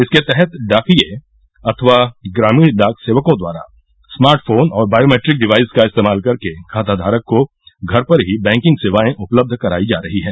इसके तहत डाकिये अथवा ग्रामीण डाक सेवकों द्वारा स्मार्ट फोन और बायेमैट्रिक डिवाइस का इस्तेमाल करके खाताधारक को घर पर ही बैंकिंग सेवाएं उपलब्ध कराई जा रही है